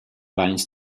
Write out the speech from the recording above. binds